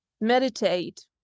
meditate